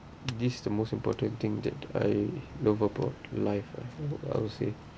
this the most important thing that I love about life I would say